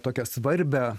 tokią svarbią